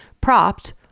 propped